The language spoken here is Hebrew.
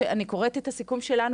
אני קוראת את הסיכום שלנו,